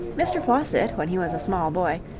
mr. faucitt, when he was a small boy,